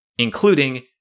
Including